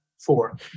Four